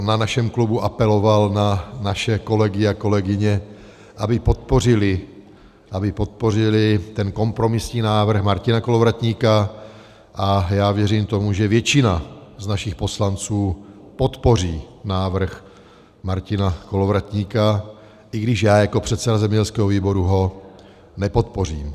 Na našem klubu apeloval na naše kolegy a kolegyně, aby podpořili kompromisní návrh Martina Kolovratníka, a já věřím tomu, že většina z našich poslanců podpoří návrh Martina Kolovratníka, i když já jako předseda zemědělského výboru ho nepodpořím.